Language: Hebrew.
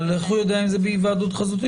אבל איך הוא יודע אם זה בהיוועדות חזותית?